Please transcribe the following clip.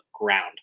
ground